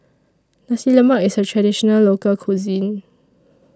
Nasi Lemak IS A Traditional Local Cuisine